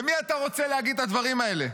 למי אתה רוצה להגיד את הדברים האלה?